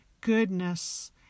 goodness